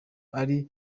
ari